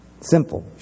Simple